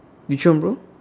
which one bro